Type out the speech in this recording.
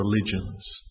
religions